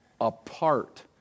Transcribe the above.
apart